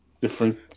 Different